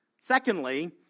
Secondly